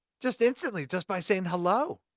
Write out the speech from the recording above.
just instantly! just by saying hello.